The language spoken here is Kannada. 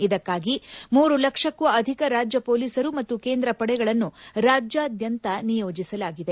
ಇದಕ್ಕಾಗಿ ಮೂರು ಲಕ್ಷಕ್ಕೂ ಅಧಿಕ ರಾಜ್ಯ ಪೊಲೀಸರು ಮತ್ತು ಕೇಂದ್ರ ಪಡೆಗಳನ್ನು ರಾಜ್ಯದಾದ್ಯಂತ ನಿಯೋಜಿಸಲಾಗಿದೆ